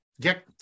get